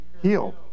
Heal